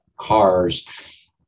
cars